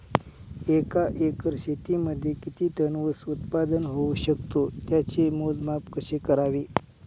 एका एकर शेतीमध्ये किती टन ऊस उत्पादन होऊ शकतो? त्याचे मोजमाप कसे करावे?